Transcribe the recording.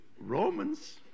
Romans